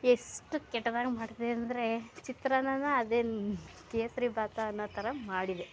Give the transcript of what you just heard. ಎಷ್ಟು ಕೆಟ್ಟದಾಗಿ ಮಾಡಿದೆ ಅಂದರೆ ಚಿತ್ರಾನ್ನನ ಅದೇನು ಕೇಸ್ರಿಬಾತ ಅನ್ನೋ ಥರ ಮಾಡಿದೆ